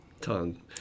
tongue